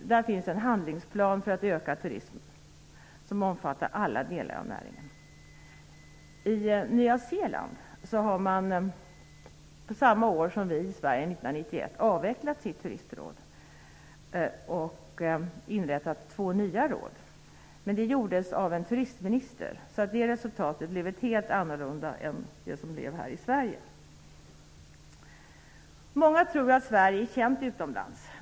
Där finns en handlingsplan för att öka turismen som omfattar alla delar av näringen. I Nya Zeeland avvecklade man sitt turistråd samma år som vi, 1991, och inrättade två nya råd. Det gjordes av en turistminister. Det resultatet blev helt annorlunda än resultatet här i Sverige. Många tror att Sverige är känt utomlands.